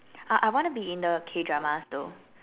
uh I I wanna be in the K Dramas though